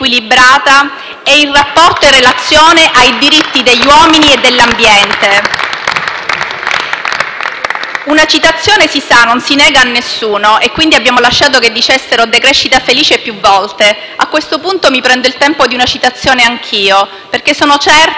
Una citazione, si sa, non si nega a nessuno e, quindi, abbiamo lasciato che dicessero «decrescita felice» più volte. A questo punto, mi prendo il tempo di una citazione anch'io, perché sono certa che lei porterà in Europa questa riflessione dentro di sé. Il re Mida,